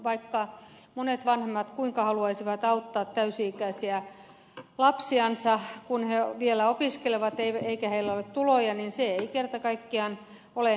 vaikka monet vanhemmat kuinka haluaisivat auttaa täysi ikäisiä lapsiansa kun nämä vielä opiskelevat eikä näillä ole tuloja niin se ei kerta kaikkiaan aina ole mahdollista